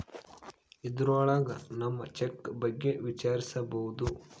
ಇದ್ರೊಳಗ ನಮ್ ಚೆಕ್ ಬಗ್ಗೆ ವಿಚಾರಿಸ್ಬೋದು